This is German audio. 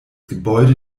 gebäude